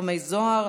חמי זוהר),